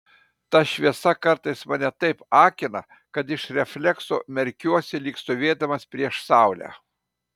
ta šviesa kartais mane taip akina kad iš reflekso merkiuosi lyg stovėdamas prieš saulę